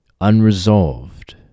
unresolved